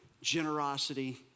generosity